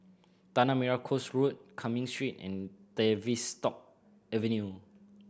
Tanah Merah Coast Road Cumming Street and Tavistock Avenue